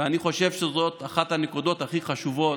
ואני חושב שזאת אחת הנקודות הכי חשובות,